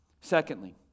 secondly